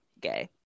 gay